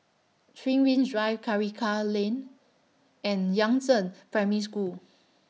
three Rings Drive Karikal Lane and Yangzheng Primary School